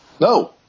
No